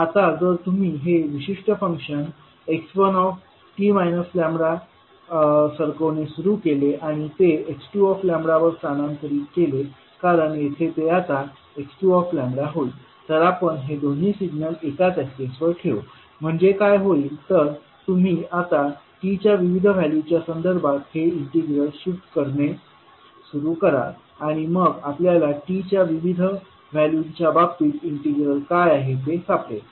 आता जर तुम्ही हे विशिष्ट फंक्शन x1t λसरकवणे सुरू केले आणि ते x2 वर स्थानांतरित केले कारण येथे ते आता x2 होईल तर आपण हे दोन्ही सिग्नल एकाच एक्सिसवर ठेवू म्हणजे काय होईल तर तुम्ही आता t च्या विविध व्हॅल्यूच्या संदर्भात हे इंटिग्रल शिफ्ट करणे सुरू कराल आणि मग आपल्याला t च्या विविध व्हॅल्यूच्या बाबतीत इंटिग्रल काय आहे ते सापडेल